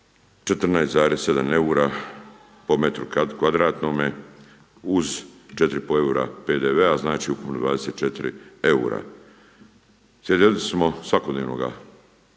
14,7 eura po metru kvadratnome uz 4,5 eura PDV-a, znači ukupno 24 eura. Svjedoci smo svakodnevnoga